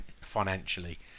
financially